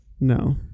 No